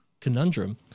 conundrum